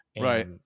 Right